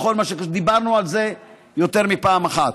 ודיברנו על זה יותר מפעם אחת.